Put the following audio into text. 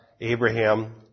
Abraham